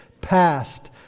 past